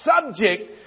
subject